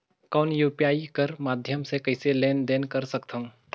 कौन यू.पी.आई कर माध्यम से कइसे लेन देन कर सकथव?